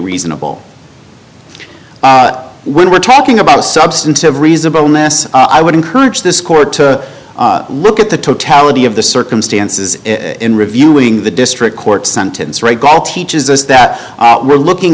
reasonable when we're talking about a substantive reasonableness i would encourage this court to look at the totality of the circumstances in reviewing the district court sentence right god teaches us that we're looking